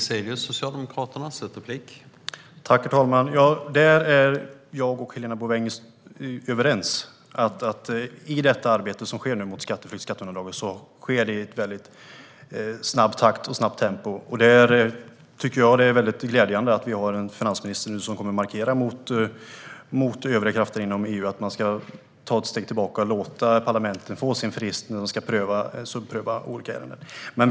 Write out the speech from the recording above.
Herr talman! Helena Bouveng och jag är överens. Detta arbete som nu sker mot skatteflykt och skatteundandragande har ett väldigt snabbt tempo. Jag tycker att det är glädjande att vi har en finansminister som kommer att markera mot övriga krafter inom EU gällande att man ska ta ett steg tillbaka och låta parlamenten få sin frist när de ska subpröva olika ärenden.